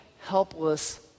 helpless